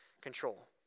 control